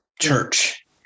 church